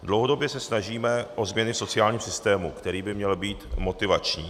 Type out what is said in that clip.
Dlouhodobě se snažíme o změny v sociálním systému, který by měl být motivační.